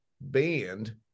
banned